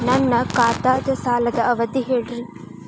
ನನ್ನ ಖಾತಾದ್ದ ಸಾಲದ್ ಅವಧಿ ಹೇಳ್ರಿ